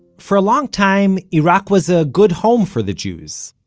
for a long time iraq was a good home for the jews.